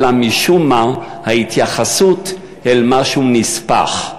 אלא שמשום מה ההתייחסות כאל משהו נספח.